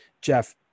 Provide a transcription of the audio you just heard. Jeff